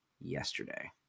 yesterday